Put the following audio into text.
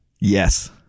Yes